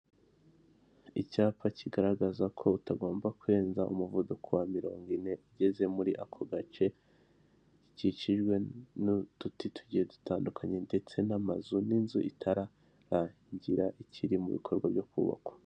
Icyapa kigaragaza ko utagomba kurenza umuvuduko wa mirongo ine ugeze muri ako gace, gikikijwe n'uduti tugiye dutandukanye ndetse n'amazu n'inzu itararangira ikiri mu bikorwa byo kubakwa.